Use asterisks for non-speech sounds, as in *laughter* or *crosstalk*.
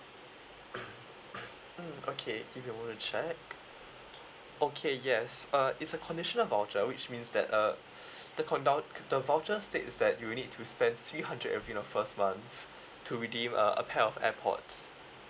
mm okay give me a moment to check okay yes uh it's a conditional voucher which means that uh *noise* the the voucher states that you need to spend three hundred uh within the first month to redeem uh a pair of airpods